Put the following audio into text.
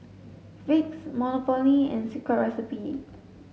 Vicks Monopoly and Secret Recipe